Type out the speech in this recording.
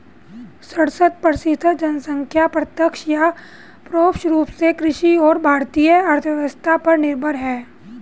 सड़सठ प्रतिसत जनसंख्या प्रत्यक्ष या परोक्ष रूप में कृषि और भारतीय अर्थव्यवस्था पर निर्भर है